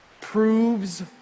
proves